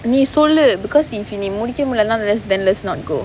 நீ சொல்லு:nee sollu because if நீ முடிக்க முடிலனா:nee mudikka mudilanaa then let's not go